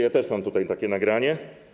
Ja też mam tutaj takie nagranie.